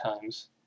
times